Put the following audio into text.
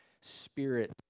spirit